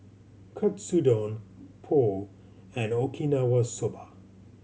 Katsudon Pho and Okinawa Soba